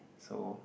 so